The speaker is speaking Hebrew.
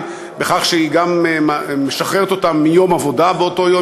בכך שהיא גם משחררת אותם מעבודה באותו יום,